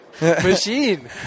Machine